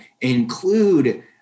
include